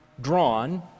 drawn